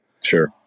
Sure